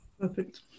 Perfect